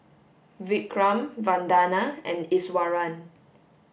Vikram Vandana and Iswaran